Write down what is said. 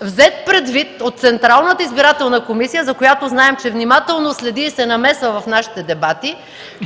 взет предвид от Централната избирателна комисия, за която знаем, че внимателно следи и се намесва в нашите дебати,